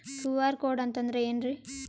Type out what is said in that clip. QR code ಅಂತಂದ್ರ ಏನ್ರೀ?